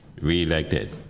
reelected